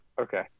okay